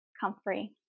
comfrey